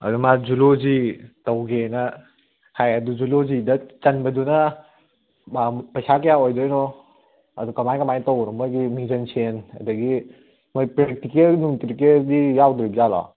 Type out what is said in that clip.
ꯑꯗ ꯃꯥ ꯖꯨꯂꯣꯖꯤ ꯇꯧꯒꯦꯅ ꯍꯥꯏ ꯑꯗꯨ ꯖꯨꯂꯣꯖꯤꯗ ꯆꯟꯕꯗꯨꯅ ꯄꯩꯁꯥ ꯀꯌꯥ ꯑꯣꯏꯗꯣꯏꯅꯣ ꯑꯗꯨ ꯀꯃꯥꯏ ꯀꯃꯥꯏꯅ ꯇꯧꯔꯝꯕꯅꯣ ꯃꯣꯏꯒꯤ ꯃꯤꯡꯖꯟꯁꯦꯜ ꯑꯗꯒꯤ ꯃꯣꯏ ꯄ꯭ꯔꯦꯛꯇꯤꯀꯦꯜ ꯅꯨꯡꯇ꯭ꯔꯤꯀꯦꯜꯗꯤ ꯌꯥꯎꯗꯣꯏꯖꯥꯠꯂꯣ